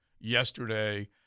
yesterday